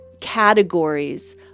categories